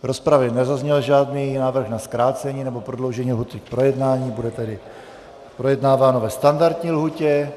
V rozpravě nezazněl žádný návrh na zkrácení nebo prodloužení lhůty k projednání, bude to tedy projednáváno ve standardní lhůtě.